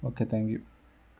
okay thank you